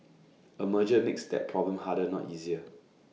A merger makes that problem harder not easier